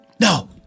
No